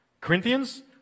Corinthians